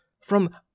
from—